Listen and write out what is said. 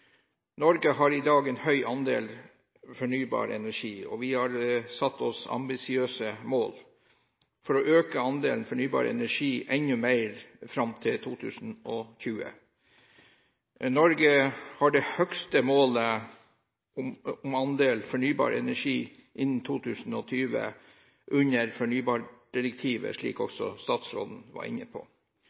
og vi har satt oss ambisiøse mål for å øke andelen fornybar energi enda mer fram til 2020. Norge har det høgste målet om andel fornybar energi innen 2020 under fornybardirektivet, slik også statsråden var inne på.